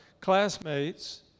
classmates